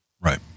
Right